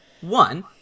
One